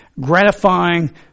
gratifying